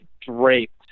draped